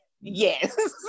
Yes